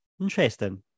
Interesting